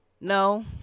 No